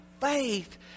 faith